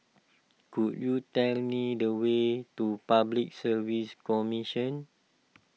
could you tell me the way to Public Service Commission